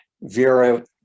Vera